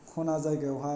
खना जायगायावहाय